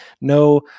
no